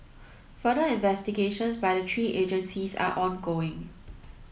further investigations by the three agencies are ongoing